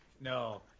No